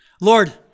Lord